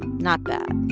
not bad